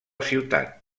ciutat